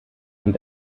und